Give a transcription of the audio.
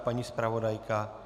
Paní zpravodajka?